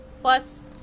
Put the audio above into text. Plus